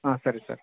ಹಾಂ ಸರಿ ಸರ್